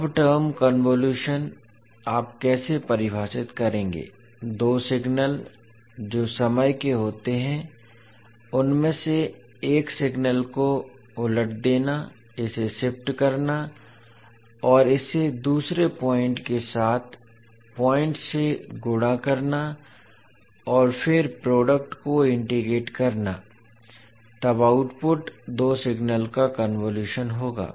अब term convolution आप कैसे परिभाषित करेंगे दो सिग्नल जो समय के होते हैं उनमें से एक सिग्नल को उलट देना इसे शिफ्ट करना और इसे दूसरे पॉइंट के साथ पॉइंट से गुणा करना और फिर प्रोडक्ट को इंटीग्रेट करना तब आउटपुट दो सिग्नल का कन्वोलुशन होगा